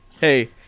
Hey